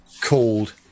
called